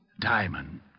Diamond